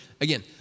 again